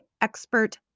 expert